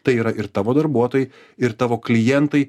tai yra ir tavo darbuotojai ir tavo klientai